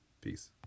Peace